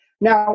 now